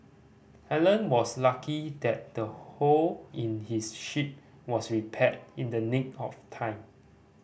Alan was lucky that the hole in his ship was repaired in the nick of time